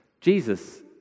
Jesus